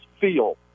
feel